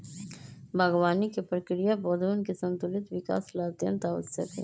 बागवानी के प्रक्रिया पौधवन के संतुलित विकास ला अत्यंत आवश्यक हई